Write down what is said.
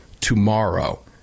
tomorrow